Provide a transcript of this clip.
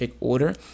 order